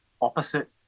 opposite